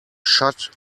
shut